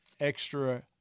extra